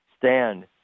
Stand